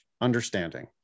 understanding